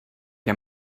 que